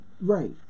Right